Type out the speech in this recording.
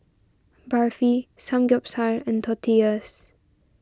Barfi Samgeyopsal and Tortillas